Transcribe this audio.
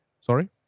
Sorry